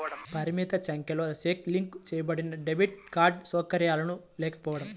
పరిమిత సంఖ్యలో cheque link చేయబడినడెబిట్ కార్డ్ సౌకర్యాలు లేకపోవడం